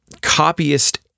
copyist